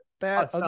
bad